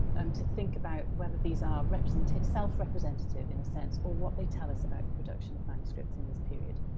um to think about whether these ah are self-representative in a sense or what they tell us about the production of manuscripts in this period.